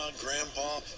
Grandpa